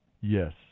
Yes